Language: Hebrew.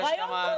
- זה רעיון טוב.